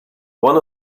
one